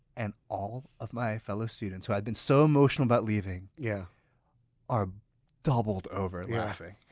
and all of my fellow students, who i'd been so emotional about leaving, yeah are doubled over laughing.